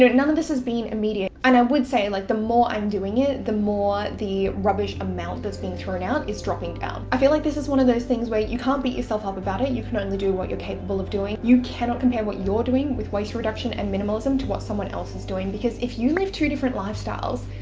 none of this has been immediate. and i would say, like the more i'm doing it, the more the rubbish amount that's being thrown out is dropping down. i feel like this is one of those things where you can't beat yourself up about it. and you can only do what you're capable of doing. you cannot compare what your doing with waste reduction and minimalism to what someone else is doing because if you live two different lifestyles,